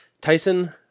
Tyson